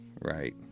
right